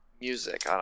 Music